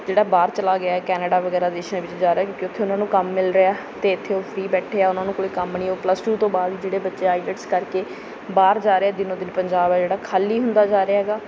ਜਿਹੜਾ ਬਾਹਰ ਚਲਾ ਗਿਆ ਕੈਨੇਡਾ ਵਗੈਰਾ ਦੇਸ਼ਾਂ ਵਿੱਚ ਜਾ ਰਿਹਾ ਕਿਉਂਕਿ ਉੱਥੇ ਉਹਨਾਂ ਨੂੰ ਕੰਮ ਮਿਲ ਰਿਹਾ ਅਤੇ ਇੱਥੇ ਉਹ ਫ੍ਰੀ ਬੈਠੇ ਆ ਉਹਨਾਂ ਨੂੰ ਕੋਲ ਕੰਮ ਨਹੀਂ ਉਹ ਪਲੱਸ ਟੂ ਤੋਂ ਬਾਅਦ ਜਿਹੜੇ ਬੱਚੇ ਆਈਲੈਟਸ ਕਰਕੇ ਬਾਹਰ ਜਾ ਰਹੇ ਦਿਨੋਂ ਦਿਨ ਪੰਜਾਬ ਹੈ ਜਿਹੜਾ ਖਾਲੀ ਹੁੰਦਾ ਜਾ ਰਿਹਾ ਹੈਗਾ